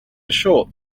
short